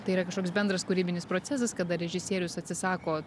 tai yra kažkoks bendras kūrybinis procesas kada režisierius atsisako